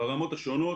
ברמות השונות